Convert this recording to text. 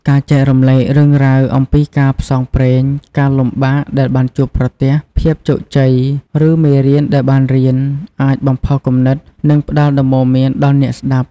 ការចែករំលែករឿងរ៉ាវអំពីការផ្សងព្រេង ការលំបាកដែលបានជួបប្រទះ ភាពជោគជ័យ ឬមេរៀនដែលបានរៀន អាចបំផុសគំនិត និងផ្ដល់ដំបូន្មានដល់អ្នកស្ដាប់។